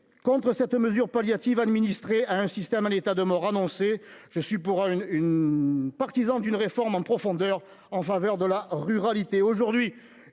contre cette mesure palliative administrer à un système en état de mort annoncée, je suis pour une une partisan d'une réforme en profondeur en faveur de la ruralité